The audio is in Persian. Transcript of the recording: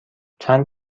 چند